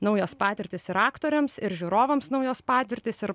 naujos patirtys ir aktoriams ir žiūrovams naujos patirtys ir